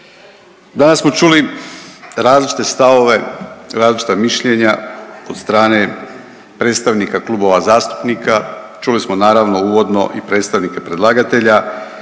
Danas smo čuli različite stavove, različita mišljenja od strane predstavnika klubova zastupnika. Čuli smo naravno uvodno i predstavnika predlagatelja